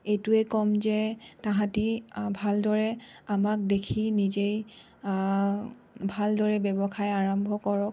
এইটোৱে ক'ম যে তাহাঁতে ভালদৰে আমাক দেখি নিজেই ভালদৰে ব্যৱসায় আৰম্ভ কৰক